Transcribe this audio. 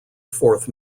fourth